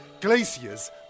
glaciers